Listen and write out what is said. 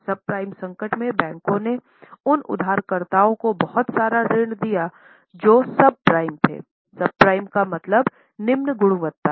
subprime संकट में बैंकरों ने उन उधारकर्ताओं को बहुत सारे ऋण दिए जो सबप्राइम थे सबप्राइम का मतलब निम्न गुणवत्ता है